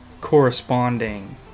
corresponding